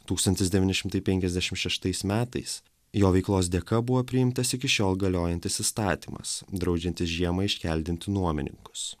tūkstantis devyni šimtai penkiasdešim šeštais metais jo veiklos dėka buvo priimtas iki šiol galiojantis įstatymas draudžiantis žiemą iškeldinti nuomininkus